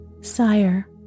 sire